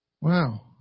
Wow